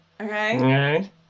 okay